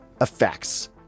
effects